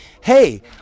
hey